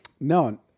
No